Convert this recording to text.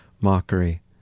Mockery